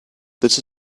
this